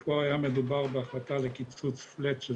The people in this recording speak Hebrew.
ופה היה מדובר בהחלטה לקיצוץ "פלאט" של